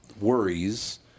worries